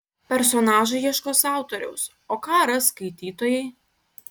personažai ieškos autoriaus o ką ras skaitytojai